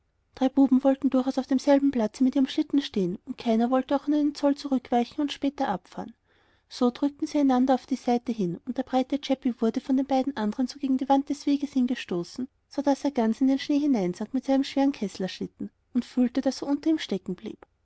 drei buben wollten durchaus auf demselben platze mit ihren schlitten stehen und keiner wollte auch nur einen zoll zurückweichen und später abfahren so drückten sie einander auf die seite hin und der breite chäppi wurde von den beiden anderen so gegen den rand des weges hin gestoßen daß er ganz in den schnee hineinsank mit seinem schweren keßlerschlitten und fühlte daß er unter ihm stecken blieb